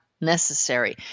necessary